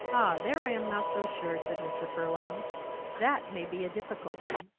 there i am not so sure, said mr. furlong that may be a difficulty.